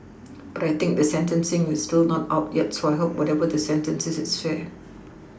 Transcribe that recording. but I think the sentencing is still not out yet so I hope whatever the sentence is it's fair